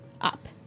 up